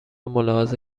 ملاحظه